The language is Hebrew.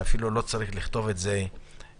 שאפילו לא צריך לכתוב את זה בחוק.